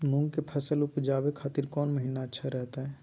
मूंग के फसल उवजावे खातिर कौन महीना अच्छा रहतय?